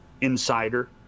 insider